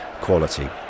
quality